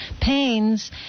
pains